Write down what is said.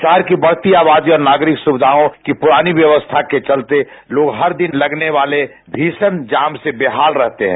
शहर की बढती आबादी और नागरिक सुविधाओं की पुरानी व्यवस्था के चलते लोग हर दिन लगने वाले भीषण जाम से बेहाल रहते हैं